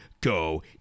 go